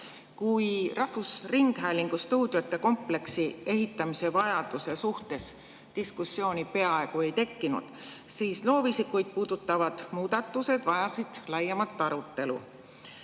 Kui rahvusringhäälingu stuudiote kompleksi ehitamise vajaduse suhtes diskussiooni peaaegu ei tekkinud, siis loovisikuid puudutavad muudatused vajasid laiemat arutelu.